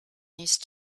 these